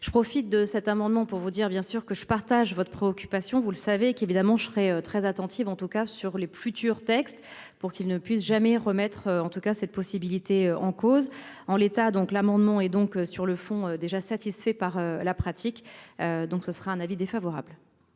Je profite de cet amendement pour vous dire bien sûr que je partage votre préoccupation, vous le savez qu'évidemment je serai très attentive, en tout cas sur les plus texte pour qu'il ne puisse jamais remettre en tout cas cette possibilité en cause en l'état donc l'amendement et donc sur le fond déjà satisfait par la pratique. Donc ce sera un avis défavorable.